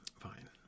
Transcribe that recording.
Fine